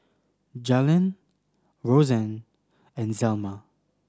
Jalen Roseann and Zelma